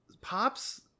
Pops